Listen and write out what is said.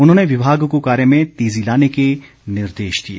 उन्होंने विभाग को कार्य में तेजी लाने के निर्देश दिए